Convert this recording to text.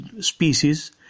species